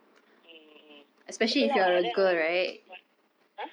mm mm betul lah then what !huh!